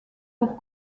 pour